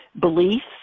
beliefs